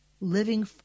living